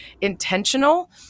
intentional